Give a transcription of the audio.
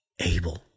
Abel